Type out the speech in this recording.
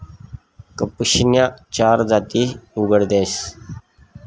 कपाशीन्या चार जाती उगाडतस